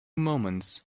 moments